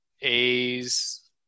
A's